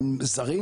הם זרים,